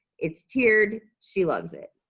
it's tiered. she loves it.